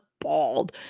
bald